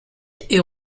est